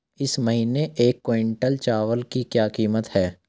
इस महीने एक क्विंटल चावल की क्या कीमत है?